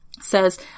says